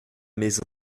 maison